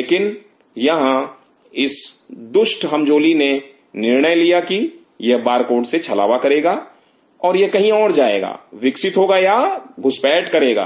लेकिन यहां इस दुष्ट हमजोली ने निर्णय लिया कि यह बारकोड से छलावा करेगा और यह कहीं और जाएगा विकसित होगा या घुसपैठ करेगा